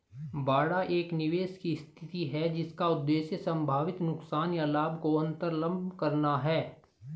बाड़ा एक निवेश की स्थिति है जिसका उद्देश्य संभावित नुकसान या लाभ को अन्तर्लम्ब करना है